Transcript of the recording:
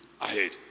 ahead